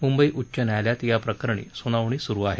मुंबई उच्च न्यायालयात याप्रकरणी सुनावणी सुरु आहे